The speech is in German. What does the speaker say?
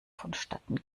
vonstatten